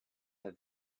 have